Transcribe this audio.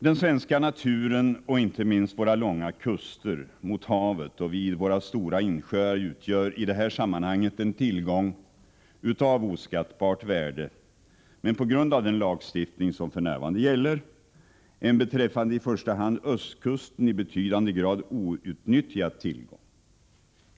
Den svenska naturen och inte minst våra långa kuster mot havet och vid våra stora insjöar utgör i det här sammanhanget en tillgång av oskattbart värde men är — på grund av den lagstiftning som för närvarande gäller — en, beträffande i första hand östkusten, i betydande grad outnyttjad tillgång.